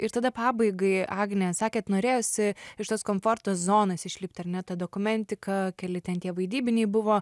ir tada pabaigai agne sakėt norėjosi iš tos komforto zonos išlipti ar ne ta dokumentika keli ten tie vaidybiniai buvo